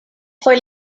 fue